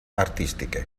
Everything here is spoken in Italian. artistiche